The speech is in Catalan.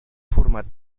format